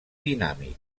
dinàmic